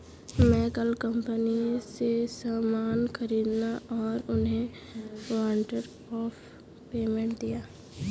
मैं कल कंपनी से सामान ख़रीदा और उन्हें वारंट ऑफ़ पेमेंट दिया